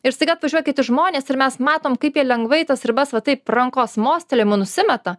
ir staiga atvažiuoja kiti žmonės ir mes matom kaip jie lengvai tas ribas va taip rankos mostelėjimu nusimeta